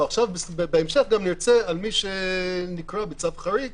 בהמשך גם נרצה, על מי שנקרא בצו חריג,